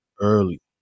early